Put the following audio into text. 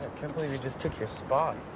can't believe he just took your spot.